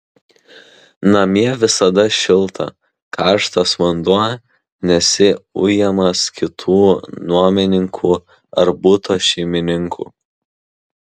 namie visada šilta karštas vanduo nesi ujamas kitų nuomininkų ar buto šeimininkų